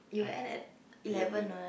you will end at eleven [what]